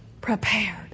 prepared